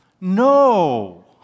No